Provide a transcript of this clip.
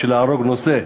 בשביל להרוג נושא.